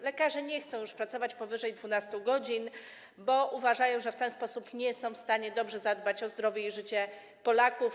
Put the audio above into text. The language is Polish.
Lekarze nie chcą już pracować dłużej niż 12 godzin, bo uważają, że pracując w ten sposób, nie są w stanie dobrze zadbać o zdrowie i życie Polaków.